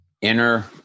inner